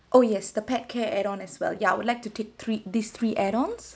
oh yes the pet care add on as well yeah I would like to take three these three add on